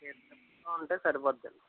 రీసనబుల్గా ఉంటే సరిపోద్దండి